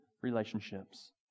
relationships